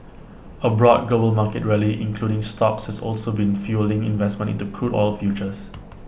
A broad global market rally including stocks has also been fuelling investment into crude oil futures